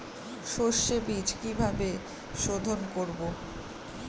সর্ষে বিজ কিভাবে সোধোন করব?